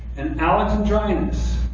and alexandrinus,